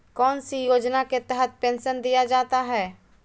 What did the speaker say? कौन सी योजना के तहत पेंसन दिया जाता है?